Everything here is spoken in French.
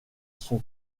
son